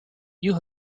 you